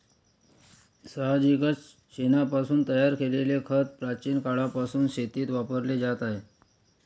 साहजिकच शेणापासून तयार केलेले खत प्राचीन काळापासून शेतीत वापरले जात आहे